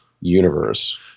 universe